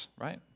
Right